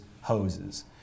hoses